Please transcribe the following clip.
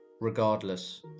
Regardless